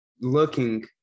looking